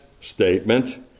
statement